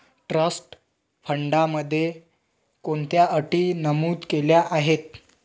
Trust फंडामध्ये कोणत्या अटी नमूद केल्या आहेत?